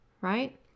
right